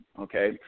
okay